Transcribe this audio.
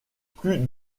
plus